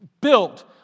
built